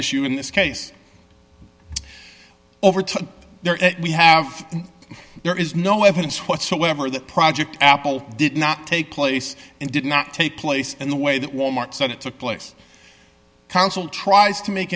issue in this case over time we have there is no evidence whatsoever that project apple did not take place and did not take place in the way that wal mart said it took place council tries to make